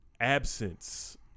absence